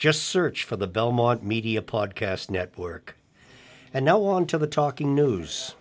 just search for the belmont media podcast network and now on to the talking news